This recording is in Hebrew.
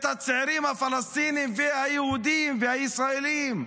את הצעירים הפלסטינים והיהודים והישראלים?